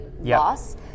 loss